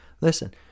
Listen